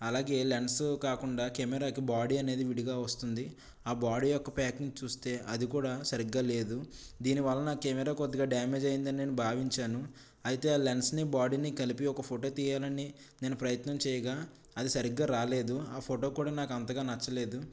అలాగే లెన్స్ కాకుండా కెమెరా కి బాడీ అనేది విడిగా వస్తుంది ఆ బాడీ యొక్క ప్యాకింగ్ ని చూస్తే అది కూడా సరిగ్గా లేదు దీని వలన కెమెరా కొద్దిగా డామేజ్ అయిందని నేను భావించాను అయితే ఆ లెన్స్ ని బాడీని కలిపి ఒక ఫోటో తీయాలని నేను ప్రయత్నం చేయగా అది సరిగ్గా రాలేదు ఆ ఫోటో కూడా నాకు అంతగా నచ్చలేదు